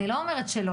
אני לא אומרת שלא.